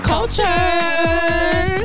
Culture